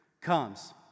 comes